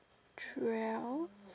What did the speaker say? twelve